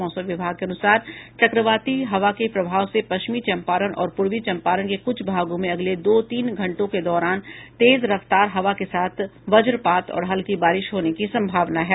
मौसम विभाग के अनुसार चक्रवाती हवा के प्रभाव से पश्चिमी चंपारण और पूर्वी चंपारण के कुछ भागों में अगले दो तीन घंटों के दौरान तेज रफ्तार हवा के साथ वज्रपात और हल्की बारिश होने की संभावना है